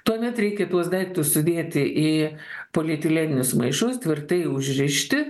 tuomet reikia tuos daiktus sudėti į polietileninius maišus tvirtai užrišti